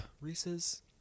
Reese's